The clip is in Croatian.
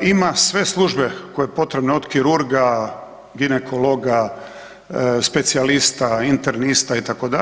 ima sve službe koje je potrebno od kirurga, ginekologa, specijalista, internista itd.,